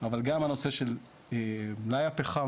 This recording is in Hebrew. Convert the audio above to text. אבל גם הנושא של מלאי הפחם